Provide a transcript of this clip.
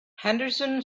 henderson